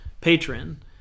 patron